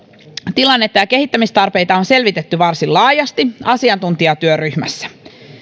tilannetta ja kehittämistarpeita on selvitetty varsin laajasti asiantuntijatyöryhmässä